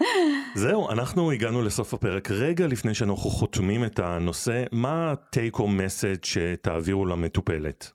זהו, אנחנו הגענו לסוף הפרק, רגע לפני שאנחנו חותמים את הנושא, מה ה-take home message שתעבירו למטופלת?